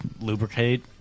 lubricate